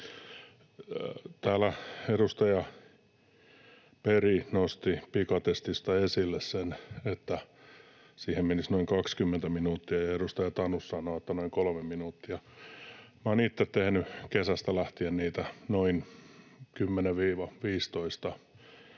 Täällä edustaja Berg nosti pikatestistä esille sen, että siihen menisi noin 20 minuuttia, ja edustaja Tanus sanoi, että noin 3 minuuttia. Minä olen itse tehnyt kesästä lähtien niitä noin 10—15, ja